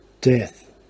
death